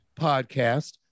podcast